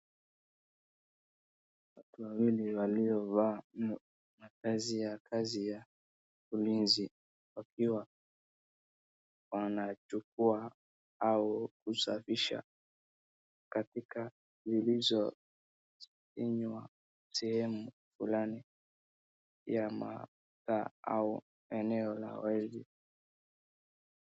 Watu wawili waliovaa mavazi ya kazi ya ulinzi wakio wanachukua au kusafisha takataka zilizofinywa sehemu fulani ya mtaa au eneo la watu.